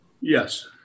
Yes